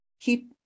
keep